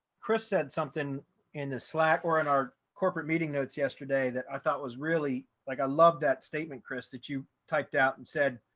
chris said something in the slack or in our corporate meeting notes yesterday that i thought was really like i love that statement, chris, that you typed out and said,